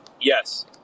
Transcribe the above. yes